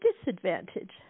disadvantage